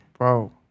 Bro